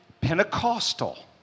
Pentecostal